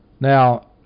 Now